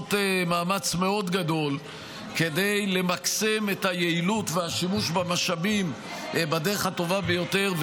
מאמץ מאוד גדול כדי למקסם את היעילות והשימוש במשאבים בדרך הטובה ביותר.